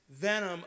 venom